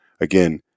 again